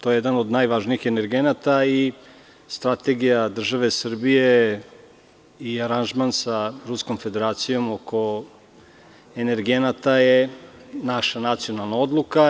To je jedan od najvažnijih energenata i strategija države Srbije i aranžman sa Ruskom Federacijom oko energenata je naša nacionalna odluka.